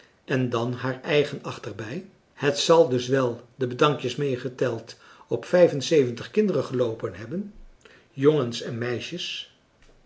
en dan haar eigen acht er bij het zal dus wel de bedankjes meegeteld op vijfenzeventig kinderen geloopen hebben jongens en